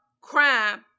crime